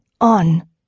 on